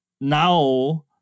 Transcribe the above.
now